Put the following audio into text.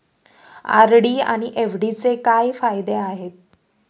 RD आणि एफ.डीचे काय फायदे आहेत?